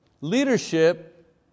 Leadership